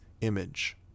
image